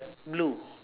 blue